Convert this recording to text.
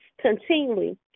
continually